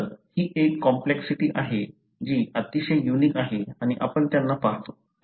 तर ही एक कॉम्प्लेक्सिटी आहे जी अतिशय युनिक आहे आणि आपण त्यांना पाहतो